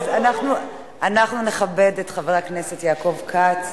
אנחנו נכבד את חבר הכנסת יעקב כץ,